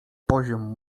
poziom